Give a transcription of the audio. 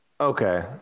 Okay